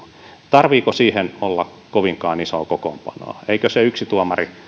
tarvitseeko siihen olla kovinkaan isoa kokoonpanoa eikö se yksi tuomari